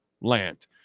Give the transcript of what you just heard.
land